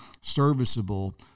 serviceable